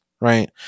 right